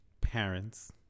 parents